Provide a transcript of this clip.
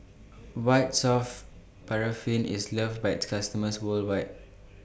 White Soft Paraffin IS loved By its customers worldwide